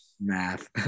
math